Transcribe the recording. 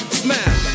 smile